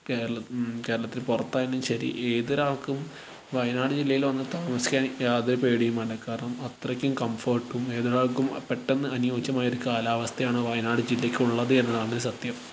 കേരളത്തിൽ പുറത്തായാലും ശരി ഏതൊരാള്ക്കും വയനാട് ജില്ലയിൽ വന്നു താമസിക്കാന് യാതൊരു പേടിയും വേണ്ട കാരണം അത്രയ്ക്കും കംഫോര്ട്ടും ഏതൊരാള്ക്കും പെട്ടെന്ന് അനുയോജൃമായ ഒരു കാലാവസ്ഥയാണ് വയനാട് ജില്ലയ്ക്ക് ഉള്ളത് എന്നതാണ് സത്യം